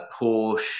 Porsche